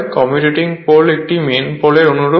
commutating pole একটি main পোলের অনুরূপ